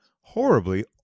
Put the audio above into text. horribly